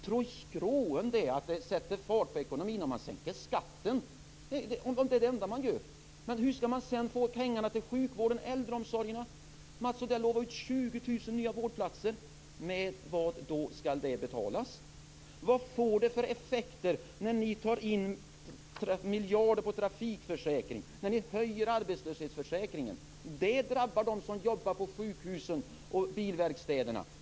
Tror skråen det att det sätter fart på ekonomin om man sänker skatten, om det är det enda man gör! Men hur skall man sedan få pengar till sjukvården, äldreomsorgen? Mats Odell utlovade 20 000 nya vårdplatser. Med vad skall de betalas? Vad får det för effekter när ni tar in miljarder på trafikförsäkringen och höjer avgiften i arbetslöshetsförsäkringen? Det drabbar dem som jobbar på sjukhusen och på bilverkstäderna.